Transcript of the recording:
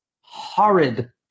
horrid